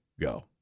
go